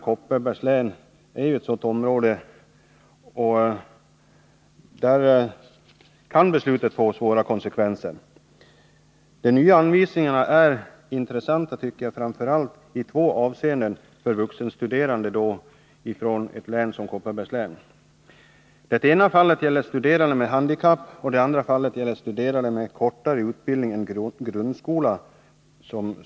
Kopparbergs län är ett sådant område, och där kan beslutet få svåra konsekvenser. De nya anvisningarna är intressanta framför allt i två avseenden för vuxenstuderande från ett län som Kopparbergs län. Det ena gäller studerande med handikapp, och det andra gäller studerande med kortare tidigare utbildning än grundskola.